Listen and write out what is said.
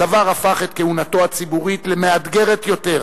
הדבר הפך את כהונתו הציבורית למאתגרת יותר,